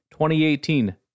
2018